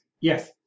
Yes